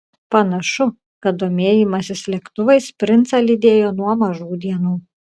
panašu kad domėjimasis lėktuvais princą lydėjo nuo mažų dienų